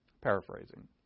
Paraphrasing